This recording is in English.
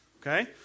Okay